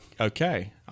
okay